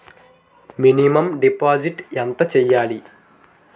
Minimum deposit ఎంత చెయ్యాలి?